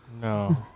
No